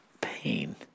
pain